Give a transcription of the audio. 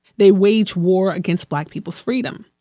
they wage war against black people's freedom.